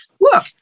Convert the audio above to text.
look